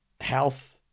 health